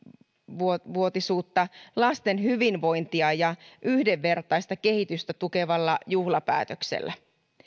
vuotisuutta lasten hyvinvointia ja yhdenvertaista kehitystä tukevalla juhlapäätöksellä